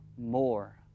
more